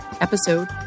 episode